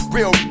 Real